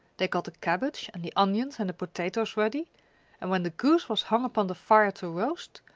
they got the cabbage and the onions and the potatoes ready and when the goose was hung upon the fire to roast,